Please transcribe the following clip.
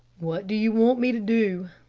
what do you want me to do?